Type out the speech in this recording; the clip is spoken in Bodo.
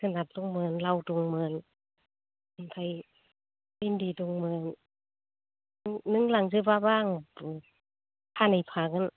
जोगोनार दंमोन लाव दंमोन ओफाय भिन्दि दंमोन बेखौ नोंं लांजोबाब्ला फानैफागोन